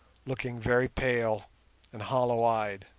looking very pale and hollow-eyed.